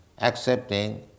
accepting